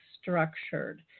structured